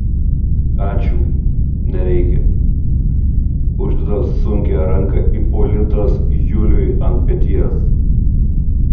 ačiū nereikia uždeda sunkią ranką ipolitas juliui ant peties